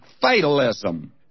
fatalism